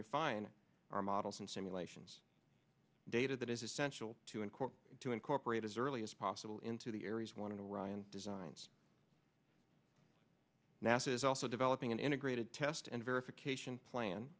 refine our models and simulations data that is essential to uncork to incorporate as early as possible into the aries one of the ryan designs nasa is also developing an integrated test and verification plan